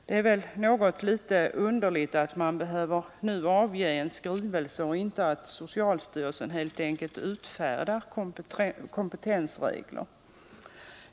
Det är litet underligt att man nu behöver avge en skrivelse och att inte socialstyrelsen helt enkelt utfärdar kompetensregler.